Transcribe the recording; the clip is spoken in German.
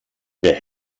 der